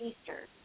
Easter